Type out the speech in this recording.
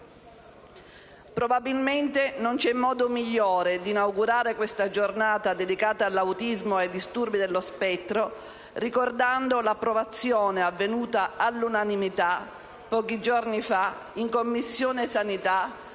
Probabilmente non c'è modo migliore di inaugurare questa giornata dedicata all'autismo e ai disturbi dello spettro, ricordando l'approvazione, avvenuta all'unanimità pochi giorni fa in Commissione sanità